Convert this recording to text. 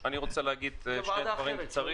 היושב-ראש, אני רוצה להגיד שלושה דברים קצרים.